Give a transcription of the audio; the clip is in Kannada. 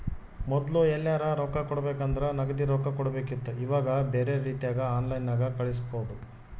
ಮೊದ್ಲು ಎಲ್ಯರಾ ರೊಕ್ಕ ಕೊಡಬೇಕಂದ್ರ ನಗದಿ ರೊಕ್ಕ ಕೊಡಬೇಕಿತ್ತು ಈವಾಗ ಬ್ಯೆರೆ ರೀತಿಗ ಆನ್ಲೈನ್ಯಾಗ ಕಳಿಸ್ಪೊದು